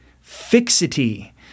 fixity